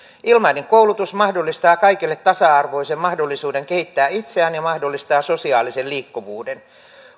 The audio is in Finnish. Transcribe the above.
ilmainen koulutus mahdollistaa kaikille tasa arvoisen mahdollisuuden kehittää itseään ja mahdollistaa sosiaalisen liikkuvuuden